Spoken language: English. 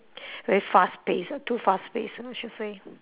very fast paced uh too fast paced I should say